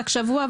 רק שבוע,